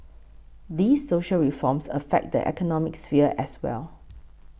these social reforms affect the economic sphere as well